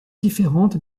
différente